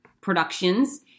productions